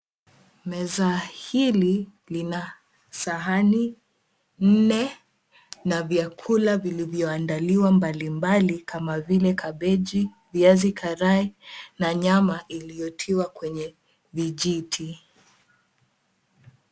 Meza hili lina sahani nne na vyakula vilivyo andaliwa mbalimbali kama vile kabeji, viazi karai na nyama iliyotiwa kwenye vijiti